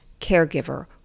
caregiver